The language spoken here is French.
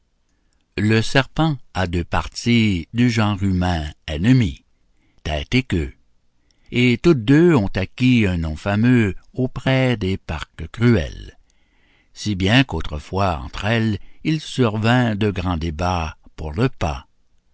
le serpent a deux parties du genre humain ennemies tête et queue et toutes deux ont acquis un nom fameux auprès des parques cruelles si bien qu'autrefois entre elles il survint de grands débats pour le pas